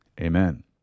amen